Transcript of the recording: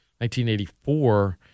1984